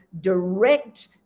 direct